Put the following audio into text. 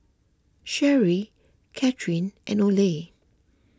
Sherrie Cathryn and Oley